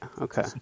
okay